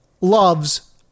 loves